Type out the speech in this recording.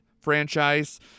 franchise